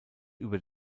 über